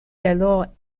alors